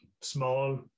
small